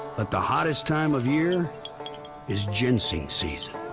but the hottest time of year is ginseng season.